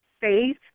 faith